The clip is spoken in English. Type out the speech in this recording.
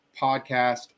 podcast